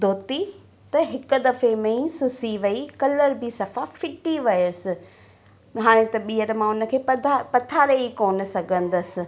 धोती त हिकु दफ़े में ई सुसी वेई कलर बि सफ़ा फ़िटी वियसि हाणे त ॿींअर मां हुनखे पथा पथारे ई कोन सघंदसि